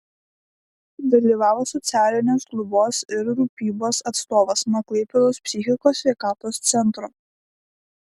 dalyvavo socialinės globos ir rūpybos atstovas nuo klaipėdos psichikos sveikatos centro